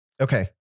Okay